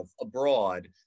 abroad